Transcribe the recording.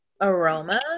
aroma